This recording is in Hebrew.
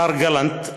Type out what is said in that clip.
מר גלנט,